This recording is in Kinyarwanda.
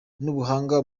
n’ubuhanga